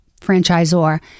franchisor